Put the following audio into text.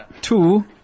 Two